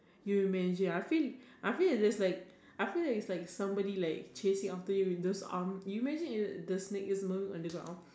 you're amazing I feel I feel that's like I feel like it's like somebody like chasing after you with those arm you imagine if the snake is moving on the ground